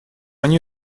они